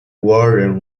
version